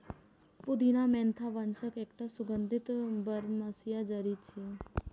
पुदीना मेंथा वंशक एकटा सुगंधित बरमसिया जड़ी छियै